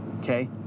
okay